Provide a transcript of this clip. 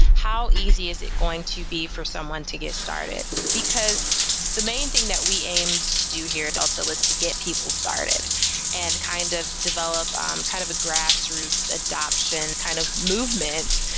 how easy is it going to be for someone to get started? because the main thing that we aimed to do here at delta was to get people started and kind of develop um kind of a grassroots adoption kind of movement.